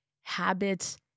habits